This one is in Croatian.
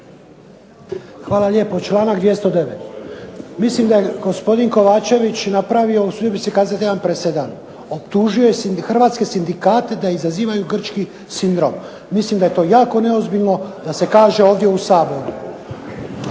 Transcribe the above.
Hvala lijepo. Članak 209. Mislim da je gospodin Kovačević napravio u ispravci jedan presedan. Optužio je hrvatske sindikate da izazivaju grčki sindrom. Mislim da je to jako neozbiljno da se kaže ovdje u Saboru.